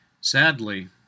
Sadly